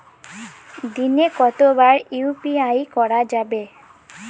দিনে কতবার ইউ.পি.আই করা যাবে?